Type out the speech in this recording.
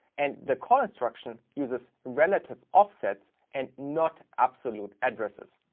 and the call instruction uses relative offsets, and not absolute addresses.